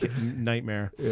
nightmare